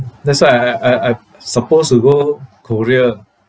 that's why I I I supposed to go korea